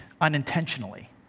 unintentionally